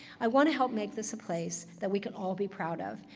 i want to help make this a place that we could all be proud of,